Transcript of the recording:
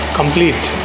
complete